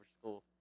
school